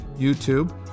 YouTube